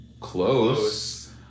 Close